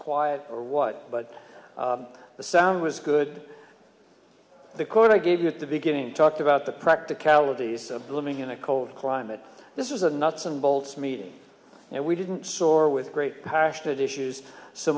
quiet or what but the sound was good the chord i gave you at the beginning talked about the practicalities of blooming in a cold climate this is a nuts and bolts meeting and we didn't soar with great passionate issues so